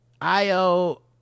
io